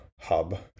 hub